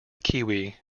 kiwi